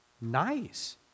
nice